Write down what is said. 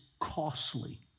costly